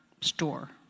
store